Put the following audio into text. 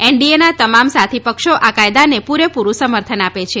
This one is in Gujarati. એનડીએના તમામ સાથી પક્ષો આ કાયદાને પૂરેપૂરું સમર્થન આપે છે